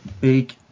big